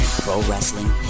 pro-wrestling